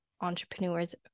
entrepreneurs